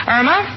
Irma